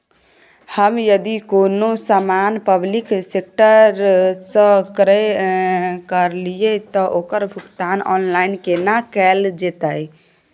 हम यदि कोनो सामान पब्लिक सेक्टर सं क्रय करलिए त ओकर भुगतान ऑनलाइन केना कैल जेतै?